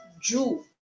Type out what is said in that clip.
jew